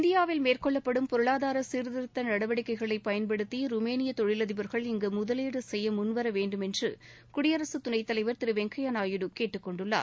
இந்தியாவில் மேற்கொள்ளப்படும் பொருளாதார சீர்திருத்த நடவடிக்கைகளை பயன்படுத்தி ருமேனிய தொழில் அதிபர்கள் இங்கு முதலீடு செய்ய முன்வர வேண்டுமென்று குடியரசு துணைத் தலைவர் திரு வெங்கய்ய நாயுடு கேட்டுக் கொண்டுள்ளார்